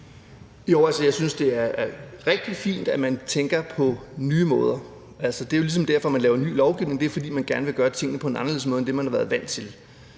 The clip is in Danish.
Jeg synes, det er rigtig fint, at man tænker på nye måder. Det er jo ligesom derfor, man laver ny lovgivning. Det er, fordi man gerne vil gøre tingene på en anderledes måde end den, man har været vant til.